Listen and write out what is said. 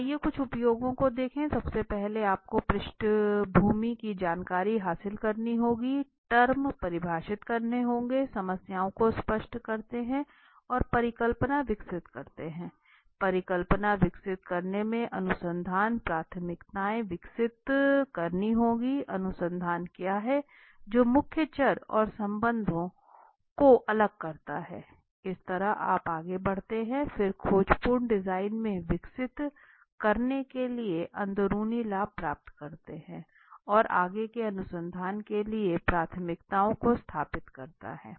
तो आइए कुछ उपयोगों को देखें सबसे पहले आपको पृष्ठभूमि की जानकारी हासिल करनी होगी टर्म परिभाषित करने होंगे समस्याओं को स्पष्ट करते हैं और परिकल्पना विकसित करते हैं परिकल्पना विकसित करने में अनुसंधान प्राथमिकताएं विकसित करनी होगी अनुसंधान क्या है जो मुख्य चर और संबंधों को अलग करता है इस तरह आप आगे बढ़ते हैं फिर खोजपूर्ण डिजाइन में विकसित करने के लिए अंदरूनी लाभ प्राप्त करते हैं और आगे के अनुसंधान के लिए प्राथमिकताओं को स्थापित करता है